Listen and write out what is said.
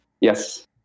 yes